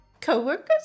co-workers